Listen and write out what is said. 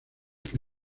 que